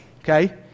okay